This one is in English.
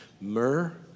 Myrrh